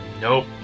Nope